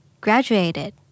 graduated